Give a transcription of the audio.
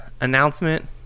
announcement